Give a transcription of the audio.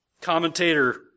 Commentator